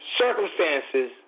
circumstances